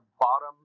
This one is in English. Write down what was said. bottom